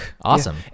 awesome